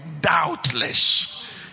doubtless